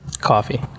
Coffee